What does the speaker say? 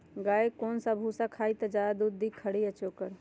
गाय कौन सा भूसा खाई त ज्यादा दूध दी खरी या चोकर?